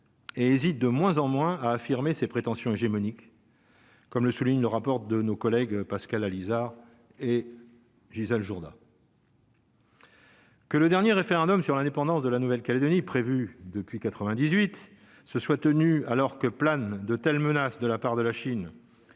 et hésitent de moins en moins, a affirmé ses prétentions hégémoniques. Comme le souligne le rapport de nos collègues Pascal Alizart et Gisèle Jourda. Que le dernier référendum sur l'indépendance de la Nouvelle-Calédonie, prévu depuis 98 se soit tenu alors que planent de telles menaces de la part de la Chine